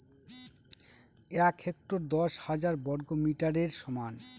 এক হেক্টর দশ হাজার বর্গমিটারের সমান